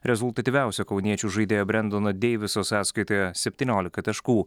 rezultatyviausio kauniečių žaidėjo brendono deiviso sąskaitoje septyniolika taškų